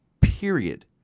period